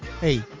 Hey